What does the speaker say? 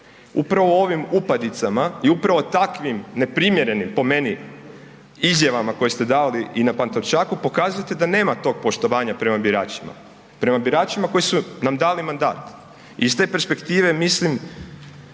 Upravo ovim upadicama i upravo takvim neprimjerenim, po meni, izjavama koje ste dali i na Pantovčaku, pokazujete da nema tog poštovanja prema biračima, prema biračima koji su nam dali mandat. Iz te perspektive mislim